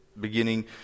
beginning